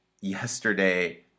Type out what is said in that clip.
yesterday